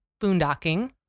boondocking